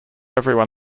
everyone